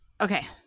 okay